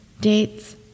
dates